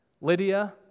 Lydia